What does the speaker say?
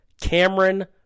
Cameron